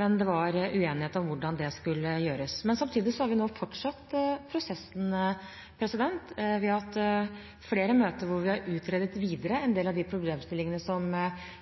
men det var uenighet om hvordan det skulle gjøres. Samtidig har vi nå fortsatt prosessen. Vi har hatt flere møter hvor vi har utredet videre en del av de problemstillingene som